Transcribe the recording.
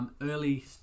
early